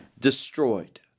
destroyed